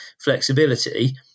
flexibility